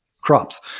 crops